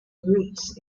roots